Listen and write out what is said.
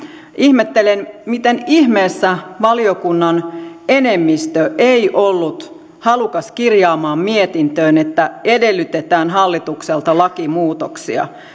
ihmettelen miten ihmeessä valiokunnan enemmistö ei ollut halukas kirjaamaan mietintöön että edellytetään hallitukselta lakimuutoksia